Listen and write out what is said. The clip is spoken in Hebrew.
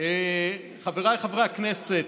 חבריי חברי הכנסת,